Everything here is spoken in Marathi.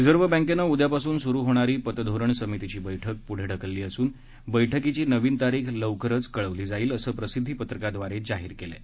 रिझर्व्ह बँकेनं उद्यापासून सुरु होणारी पतधोरण समितीची बळ्क पुढे ढकलली असून बळ्कीची नवीन तारीख लवकरच कळवली जाईल असं प्रसिद्वी पत्रकाद्वारे जाहीर केलं आहे